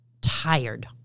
tired